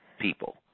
people